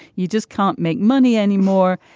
you just can't make money anymore.